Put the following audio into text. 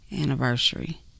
anniversary